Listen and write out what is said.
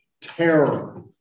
terror